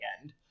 end